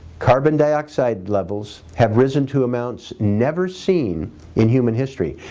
carbon dioxide levels have risen to amounts never seen in human history,